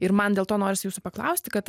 ir man dėl to norsi jūsų paklausti kad